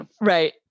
Right